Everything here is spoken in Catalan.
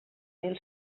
mil